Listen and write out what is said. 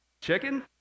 chicken